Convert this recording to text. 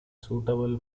suitable